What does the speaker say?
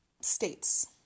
states